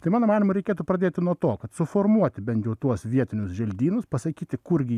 tai mano manymu reikėtų pradėti nuo to kad suformuoti bent jau tuos vietinius želdynus pasakyti kurgi